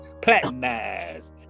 platinumized